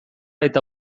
eta